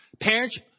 Parents